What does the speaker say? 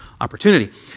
opportunity